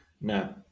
no